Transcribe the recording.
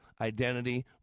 identity